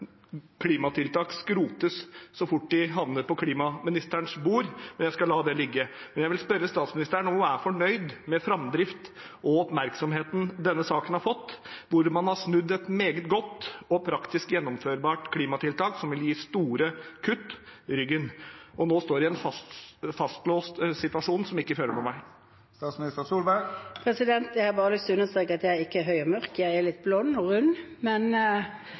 klimatiltak skrotes så fort de havner på klimaministerens bord, men jeg skal la det ligge. Men jeg vil spørre statsministeren om hun er fornøyd med framdriften og oppmerksomheten denne saken har fått, hvor man har snudd ryggen til et meget godt og praktisk gjennomførbart klimatiltak som ville gi store kutt, og nå står i en fastlåst situasjon som ikke fører noen vei. Jeg har bare lyst til å understreke at jeg ikke er høy og mørk, jeg er litt blond og rund,